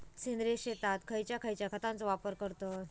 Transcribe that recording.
सेंद्रिय शेतात खयच्या खयच्या खतांचो वापर करतत?